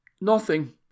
Nothing